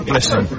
Listen